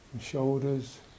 Shoulders